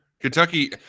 Kentucky